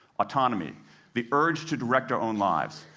autonomy the urge to direct our own lives.